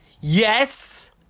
Yes